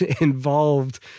involved